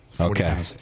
Okay